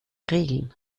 regeln